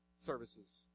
services